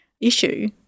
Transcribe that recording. issue